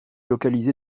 localisé